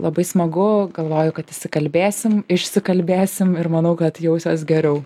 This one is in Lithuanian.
labai smagu galvoju kad išsikalbėsim išsikalbėsim ir manau kad jausiuos geriau